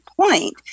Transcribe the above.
point